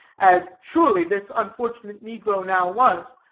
as surely this unfortunate negro now was,